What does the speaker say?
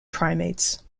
primates